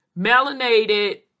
melanated